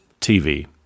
TV